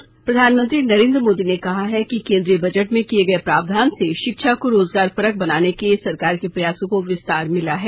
त् प्रधानमंत्री नरेन्द्र मोदी ने कहा है कि केन्द्रीय बजट में किये गये प्रावधान से शिक्षा को रोजगार परक बनाने के सरकार के प्रयासों को विस्तार मिला है